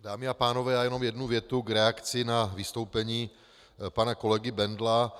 Dámy a pánové, já jenom jednu větu k reakci na vystoupení pana kolegy Bendla.